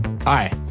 Hi